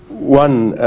one